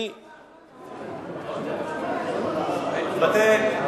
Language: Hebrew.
שייתנו להם פטור מארנונה.